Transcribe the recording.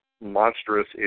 Monstrous